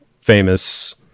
famous